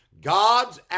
God's